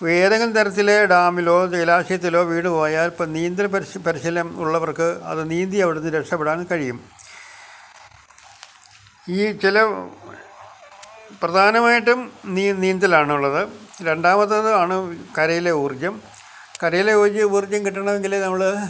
ഏതെങ്കിലും തരത്തിൽ ഡാമിലോ ജലാശയത്തിലോ വീണ് പോയാല് ഇപ്പം നീന്തല് പരിശീലനം ഉള്ളവര്ക്ക് അത് നീന്തി അവിടുന്ന് രക്ഷപെടാന് കഴിയും ഈ ചില പ്രാധാനമായിട്ടും നീന്തലാണുള്ളത് രണ്ടാമത്തേത് ആണ് കരയിലെ ഊർജ്ജം കരയിലെ ഊര്ജ്ജം കിട്ടണമെങ്കിൽ നമ്മൾ